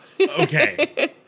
Okay